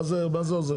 מה זה עוזר?